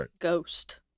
Ghost